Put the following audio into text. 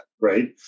right